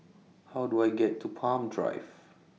How Do I get to Palm Drive